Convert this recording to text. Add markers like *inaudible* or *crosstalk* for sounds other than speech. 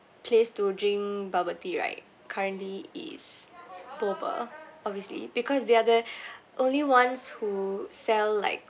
place to drink bubble tea right currently is boba obviously because they are the *breath* only ones who sell like